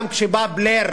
גם כשבא בלייר